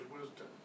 wisdom